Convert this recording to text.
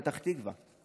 פתח תקווה.